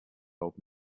old